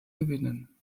gewinnen